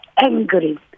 angry